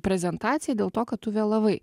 prezentacijai dėl to kad tu vėlavai